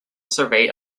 survey